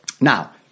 Now